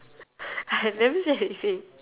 I never say anything